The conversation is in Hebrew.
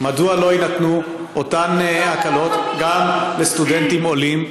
מדוע לא יינתנו אותן הקלות גם לסטודנטים עולים,